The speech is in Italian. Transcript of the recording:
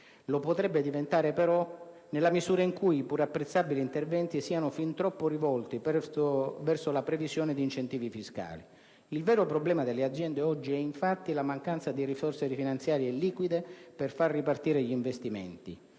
Lo potrebbe diventare però nella misura in cui i pur apprezzabili interventi siano fin troppo rivolti verso la previsione di incentivi fiscali. Il vero problema delle aziende, oggi, è infatti la mancanza di risorse finanziarie liquide per far ripartire gli investimenti,